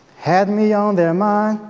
had me on their mind,